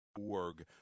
org